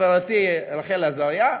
חברתי רחל עזריה,